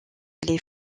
aller